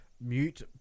mute